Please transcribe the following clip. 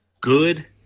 good